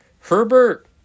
Herbert